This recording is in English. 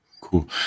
cool